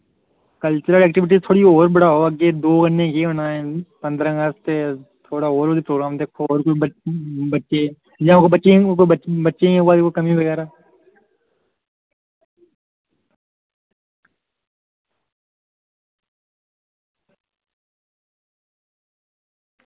cultural activity होर बढ़ाओ थोह्ड़ी अग्गें दौ नै केह् होना ऐ पंदरां अगस्त थोह्ड़ा होर बी प्रोग्राम दिक्खो थोह्ड़ा बच्चे जां कोई ओह् बच्चें ई बच्चें ई कोई कमी बगैरा